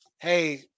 hey